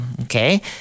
Okay